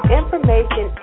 information